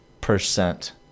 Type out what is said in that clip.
percent